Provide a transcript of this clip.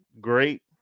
great